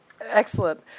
excellent